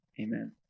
Amen